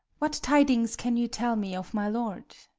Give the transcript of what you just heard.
what tidings can you tell me of my lord?